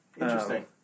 interesting